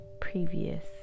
previous